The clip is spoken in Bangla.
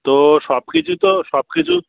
তো সব কিছু তো সব কিছু